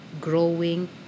growing